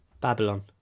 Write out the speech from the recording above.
Babylon